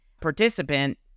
participant